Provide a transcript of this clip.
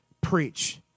preach